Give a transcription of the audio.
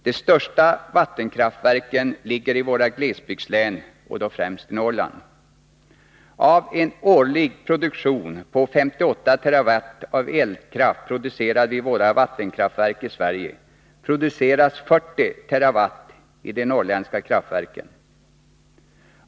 De största vattenkraftverken ligger i våra glesbygdslän, och då främst i Norrland. Av den årliga produktionen på 58 TWh av elkraft producerad vid våra vattenkraftverk i Sverige, produceras 40 TWh i de norrländska kraftverken.